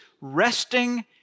resting